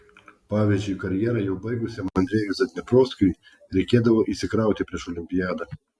pavyzdžiui karjerą jau baigusiam andrejui zadneprovskiui reikėdavo įsikrauti prieš olimpiadą